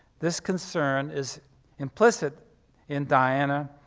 this concern is implicit in diana